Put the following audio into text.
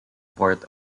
port